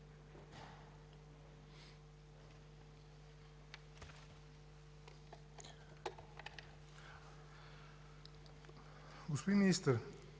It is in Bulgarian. Господин Министър,